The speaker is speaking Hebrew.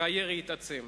והירי התעצם.